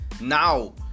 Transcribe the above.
now